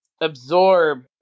absorb